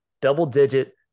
double-digit